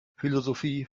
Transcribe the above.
philosophie